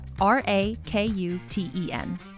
R-A-K-U-T-E-N